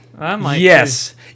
Yes